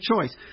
choice